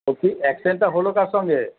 বলছি অ্যাক্সিডেন্টটা হল কার সঙ্গে